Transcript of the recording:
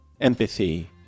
empathy